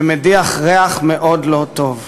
שמדיף ריח מאוד לא טוב.